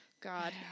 god